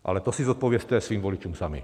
Ale to si zodpovězte svým voličům sami.